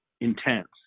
intense